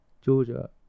Georgia